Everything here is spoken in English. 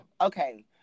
okay